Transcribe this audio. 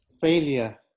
failure